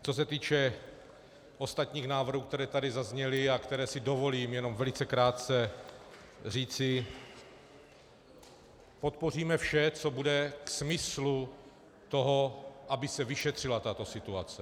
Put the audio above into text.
Co se týče ostatních návrhů, které tady zazněly a které si dovolím jenom velice krátce říci podpoříme vše, co bude k smyslu toho, aby se vyšetřila tato situace.